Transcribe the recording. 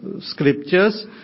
scriptures